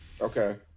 Okay